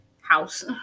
house